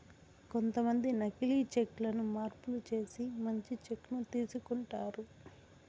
కొంతమంది నకీలి చెక్ లను మార్పులు చేసి మంచి చెక్ ను తీసుకుంటారు